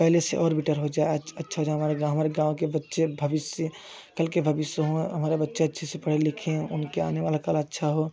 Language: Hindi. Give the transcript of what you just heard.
पहले से और बेटर हो जाए आज अच्छा सा हमारे गाँव हमारे गाँव के बच्चे भविष्य कल के भविष्य हों हमारा बच्चा अच्छे से पढ़े लिखे हैं उनके आने वाला कल अच्छा हो